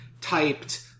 typed